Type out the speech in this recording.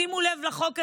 שימו לב לחוק הזה,